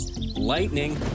Lightning